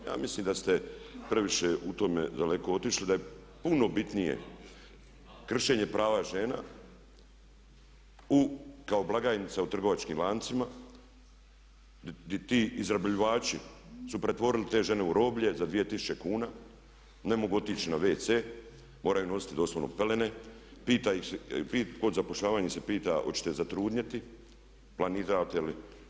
Ja mislim da ste previše u tome daleko otišli, da je puno bitnije kršenje prava žena kao blagajnica u trgovačkim lancima gdje ti izrabljivači su pretvorili te žene u roblje za 2000 kuna, ne mogu otići na wc, moraju nositi doslovno pelene kod zapošljavanja ih se pita hoćete li zatrudnjeti, planirate li?